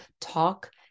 talk